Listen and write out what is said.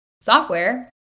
Software